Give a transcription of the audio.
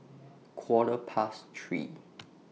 Quarter Past three